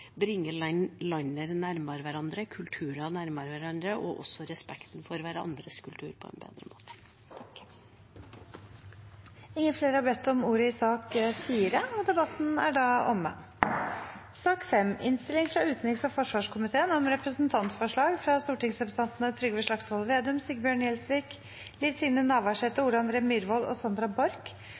bringe land nærmere hverandre, kulturer nærmere hverandre og fremme respekten for hverandres kultur på en bedre måte. Flere har ikke bedt om ordet til sak nr. 4. Etter ønske fra utenriks- og forsvarskomiteen vil presidenten ordne debatten